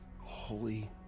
holy